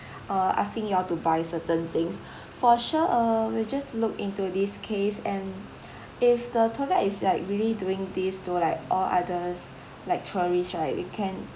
uh asking you all to buy certain things for sure uh we'll just look into this case and if the tour guide is like really doing this to like all others like tourist right we can